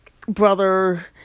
brother